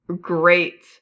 great